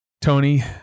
Tony